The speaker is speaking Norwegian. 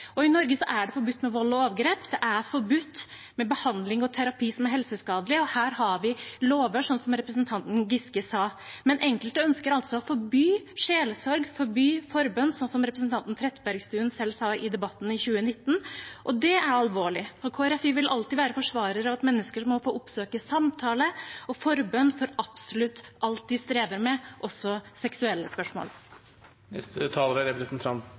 I Norge er det forbudt med vold og overgrep, det er forbudt med behandling og terapi som er helseskadelig, og her har vi lover, sånn som representanten Giske sa. Men enkelte ønsker altså å forby sjelesorg og forbønn, som representanten Trettebergstuen selv sa i debatten i 2019, og det er alvorlig. Kristelig Folkeparti vil alltid være forsvarer av at mennesker må få oppsøke samtale og forbønn for absolutt alt de strever med, også seksuelle spørsmål. Det er riktig at jeg har sittet noen år i regjering. En ting jeg erfarte der, er